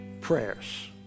prayers